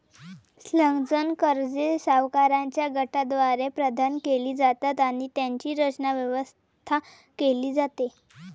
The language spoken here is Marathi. संलग्न कर्जे सावकारांच्या गटाद्वारे प्रदान केली जातात आणि त्यांची रचना, व्यवस्था केली जाते